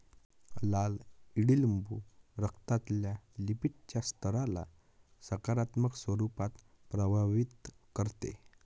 लाल ईडलिंबू रक्तातल्या लिपीडच्या स्तराला सकारात्मक स्वरूपात प्रभावित करते